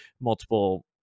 multiple